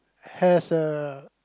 has a